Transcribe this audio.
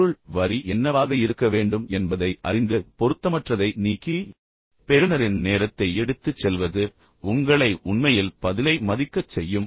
எனவே பொருள் வரி என்னவாக இருக்க வேண்டும் என்பதை அறிந்து பின்னர் பொருத்தமற்றதை நீக்கி பெறுநரின் நேரத்தை எடுத்துச் செல்வது உங்களை உண்மையில் பதிலை மதிக்கச் செய்யும்